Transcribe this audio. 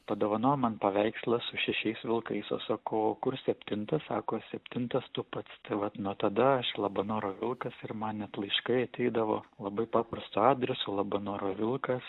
padovanojo man paveikslą su šešiais vilkais aš sakau o kur septintas sako septintas tu pats tai vat nuo tada aš labanoro vilkas ir man net laiškai ateidavo labai paprastu adresu labanoro vilkas